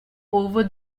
over